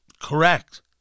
Correct